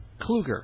Kluger